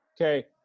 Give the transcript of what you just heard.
Okay